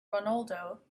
ronaldo